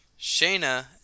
Shayna